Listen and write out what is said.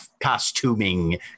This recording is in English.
costuming